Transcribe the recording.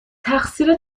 تقصیر